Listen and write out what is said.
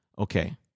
Okay